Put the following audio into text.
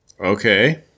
Okay